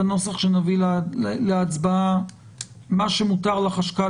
בנוסח שנביא להצבעה מה שמותר לחשכ"ל